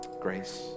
grace